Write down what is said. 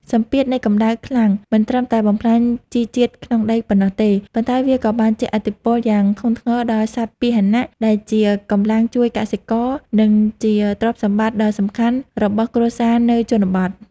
សម្ពាធនៃកម្ដៅខ្លាំងមិនត្រឹមតែបំផ្លាញជីវជាតិក្នុងដីប៉ុណ្ណោះទេ ប៉ុន្តែវាក៏បានជះឥទ្ធិពលយ៉ាងធ្ងន់ធ្ងរដល់សត្វពាហនៈ ដែលជាកម្លាំងជួយកសិករ និងជាទ្រព្យសម្បត្តិដ៏សំខាន់របស់គ្រួសារនៅជនបទ។